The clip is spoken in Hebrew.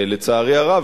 לצערי הרב,